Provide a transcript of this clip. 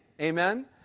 Amen